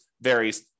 varies